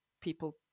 people